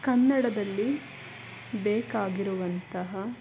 ಕನ್ನಡದಲ್ಲಿ ಬೇಕಾಗಿರುವಂತಹ